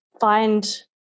find